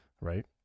right